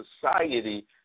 society